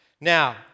Now